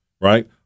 Right